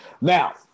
now